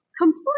complete